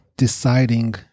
deciding